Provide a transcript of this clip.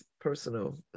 personal